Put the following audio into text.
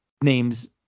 names